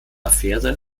affäre